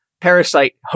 parasite